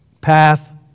path